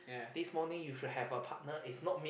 this morning you should have a partner it's not me